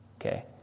Okay